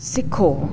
सिखो